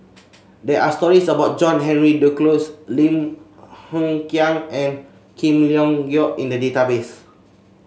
there are stories about John Henry Duclos Lim Hng Kiang and King Leong Geok in the database